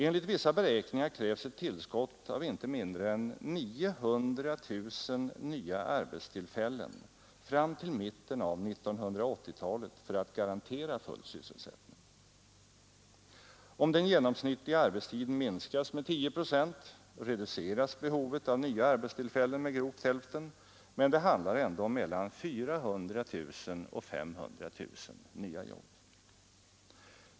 Enligt vissa beräkningar krävs ett tillskott av inte mindre än 900 000 nya arbetstillfällen fram till mitten av 1980-talet för att garantera full sysselsättning. Om den genomsnittliga arbetstiden minskas med 10 procent reduceras behovet av nya arbetstillfällen med grovt hälften, men det handlar ändå om mellan 400 000 och 500 000 nya jobb.